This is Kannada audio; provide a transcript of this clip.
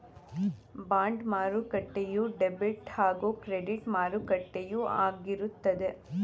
ಬಾಂಡ್ ಮಾರುಕಟ್ಟೆಯು ಡೆಬಿಟ್ ಹಾಗೂ ಕ್ರೆಡಿಟ್ ಮಾರುಕಟ್ಟೆಯು ಆಗಿರುತ್ತದೆ